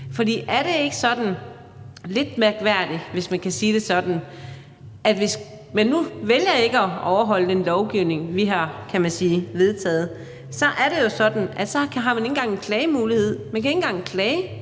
For er det ikke sådan lidt mærkværdigt, hvis man kan sige det sådan, at det – hvis man nu vælger ikke at overholde den lovgivning, vi har vedtaget – jo er sådan, at folk så ikke engang har en klagemulighed? Man kan ikke engang klage